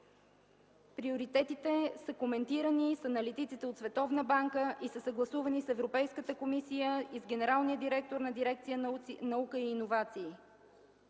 Приоритетите са коментирани с аналитици от Световната банка и са съгласувани с Европейската комисия и с генералния директор на дирекция „Наука и иновации”.